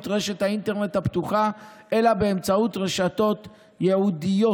רשת האינטרנט הפתוחה אלא באמצעות רשתות ייעודיות.